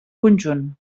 conjunt